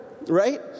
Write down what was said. right